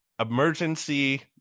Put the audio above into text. Emergency